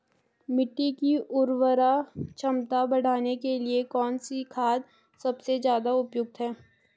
मिट्टी की उर्वरा क्षमता बढ़ाने के लिए कौन सी खाद सबसे ज़्यादा उपयुक्त है?